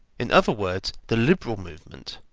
in other words, the liberal movement,